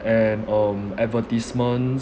and um advertisement